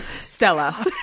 stella